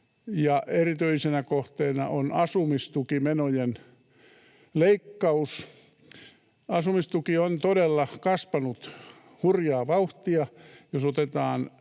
erityisenä kohteena on asumistukimenojen leikkaus. Asumistuki on todella kasvanut hurjaa vauhtia.